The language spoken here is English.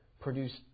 produced